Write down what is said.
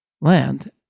Land